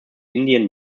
indian